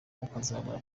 ukazabura